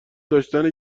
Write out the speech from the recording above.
داشتن